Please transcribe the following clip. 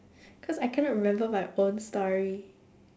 cause I cannot remember my own story